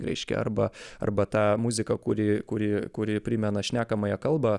reiškia arba arba tą muziką kuri kuri kuri primena šnekamąją kalbą